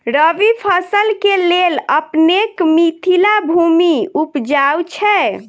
रबी फसल केँ लेल अपनेक मिथिला भूमि उपजाउ छै